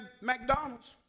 McDonald's